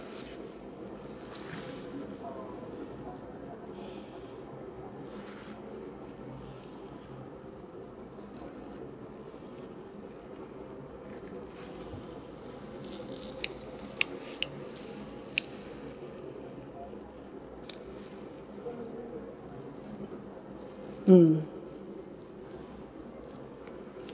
mm